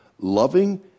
loving